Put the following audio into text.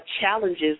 challenges